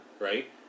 right